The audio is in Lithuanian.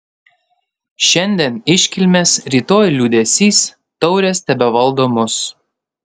šiandien iškilmės rytoj liūdesys taurės tebevaldo mus